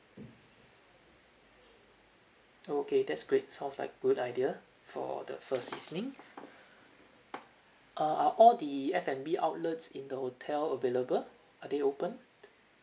okay that's great sounds like good idea for the first evening uh are all the F&B outlets in the hotel available are they opened